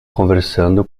conversando